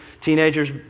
teenager's